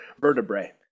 vertebrae